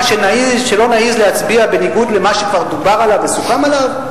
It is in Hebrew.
שלא נעז להצביע בניגוד למה שכבר דובר עליו וסוכם עליו?